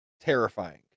Terrifying